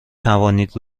توانید